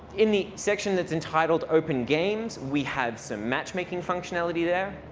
in the section that's entitled open games, we have some matchmaking functionality there.